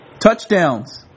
touchdowns